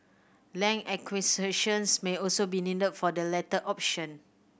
land acquisitions may also be needed for the latter option